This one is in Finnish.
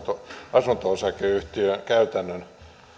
asunto osakeyhtiön käytännön